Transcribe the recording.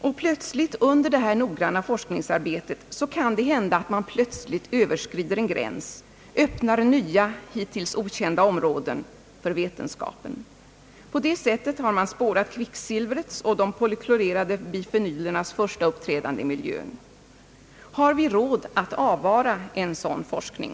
Och under det noggranna forskningsarbetet överskrider man kanske plötsligt en gräns, öppnar nya, hittills okända områden för vetenskapen. På det sättet har man spårat kvicksilvrets och de polyklorerade bifenylernas första uppträdande i miljön. Har vi råd att avvara en sådan forskning?